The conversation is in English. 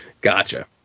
Gotcha